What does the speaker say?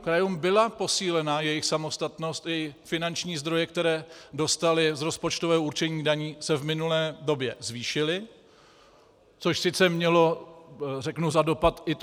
Krajům byla posílena jejich samostatnost, finanční zdroje, které dostaly z rozpočtového určení daní, se v minulé době zvýšily, což sice mělo za dopad i